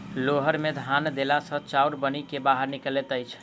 hauler मे धान देला सॅ चाउर बनि क बाहर निकलैत अछि